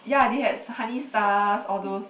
ya they had Ho~ Honey Stars all those